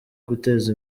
guteza